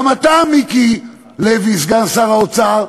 גם אתה, מיקי לוי, סגן שר האוצר,